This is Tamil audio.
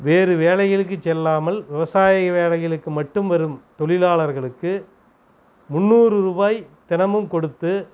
வேறு வேலைகளுக்கு செல்லாமல் விவசாய வேலைகளுக்கு மட்டும் வரும் தொழிலாளர்களுக்கு முந்நூறு ரூபாய் தினமும் கொடுத்து